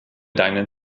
deinen